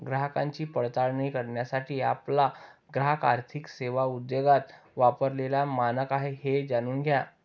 ग्राहकांची पडताळणी करण्यासाठी आपला ग्राहक आर्थिक सेवा उद्योगात वापरलेला मानक आहे हे जाणून घ्या